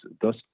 thus